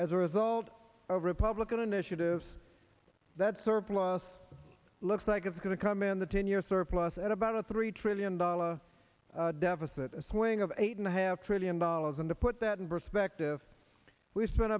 as a result of republican initiatives that surplus looks like it's going to come in the ten year surplus at about a three trillion dollar deficit swing of eight and a half trillion dollars and to put that in perspective we've spen